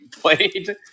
played